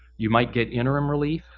you might get interim relief,